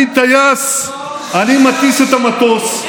אני טייס, אני מטיס את המטוס.